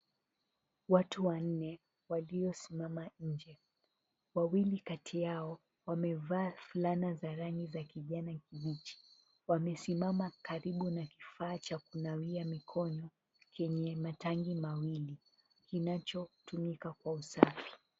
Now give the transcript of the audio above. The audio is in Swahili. Watu wanne waliosimama nje. Wawili kati yao wamevaa fulana za rangi za kijani kibichi. Wamesimama karibu na kifaa cha kunawia mikono kenye matangi mawili kinachotumika kwa usafi.